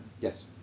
Yes